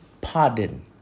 pardon